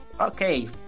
Okay